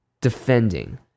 defending